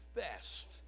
best